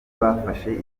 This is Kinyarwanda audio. bafashe